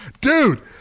Dude